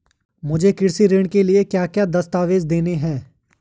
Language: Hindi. मुझे कृषि ऋण के लिए क्या क्या दस्तावेज़ देने हैं?